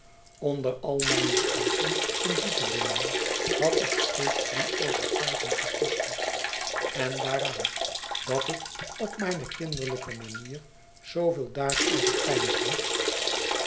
onder al mijne straffen en boetedoeningen had ik steeds die overtuiging gekoesterd en daaraan dat ik op mijne kinderlijke manier zooveel daarover peinsde